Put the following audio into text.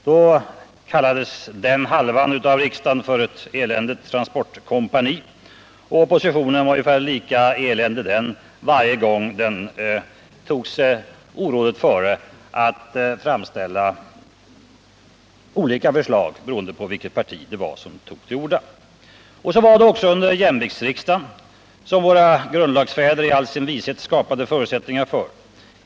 Då kallades den halvan av riksdagen för ett eländigt transportkompani, och oppositionen var ungefär lika eländig varje gång den tog sig orådet före att framställa olika förslag beroende på vilket parti det var som tog till orda. Så var det också under jämviktsriksdagen, som våra grundlagsfäder i all sin vishet skapade förutsättningar för.